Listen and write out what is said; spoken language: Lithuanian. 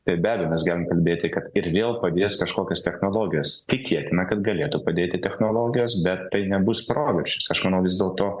tai be abejo mes galim kalbėti kad ir vėl padės kažkokios technologijos tikėtina kad galėtų padėti technologijos bet tai nebus proveržis aš manau vis dėlto